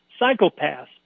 psychopaths